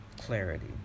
clarity